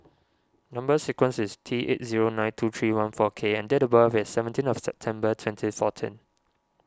Number Sequence is T eight zero nine two three one four K and date of birth is seventeen of September twenty fourteen